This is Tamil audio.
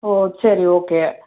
ஓ சரி ஓகே